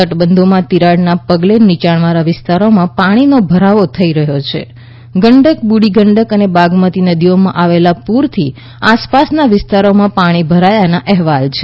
તટબંધોમાં તિરાડના પગલે નિચાણવાળા વિસ્તારોમાં પાણીનો ભરાવો થઇ રહ્યો છાં ગંડક બૂઢી ગંડક અને બાગમતી નદીઓમાં આવેલા પુરથી આસપાસના વિસ્તારોમાં પાણી ભરાયાના અહેવાલ છે